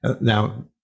Now